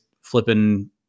flipping